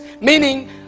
meaning